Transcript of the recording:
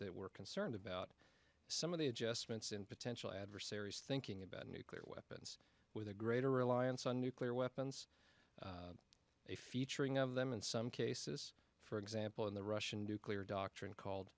that we're concerned about some of the adjustments in potential adversaries thinking about nice with a greater reliance on nuclear weapons a featuring of them in some cases for example in the russian nuclear doctrine called